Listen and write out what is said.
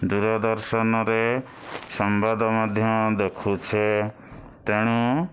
ଦୁରଦର୍ଶନରେ ସମ୍ବାଦ ମଧ୍ୟ ଦେଖୁଛେ ତେଣୁ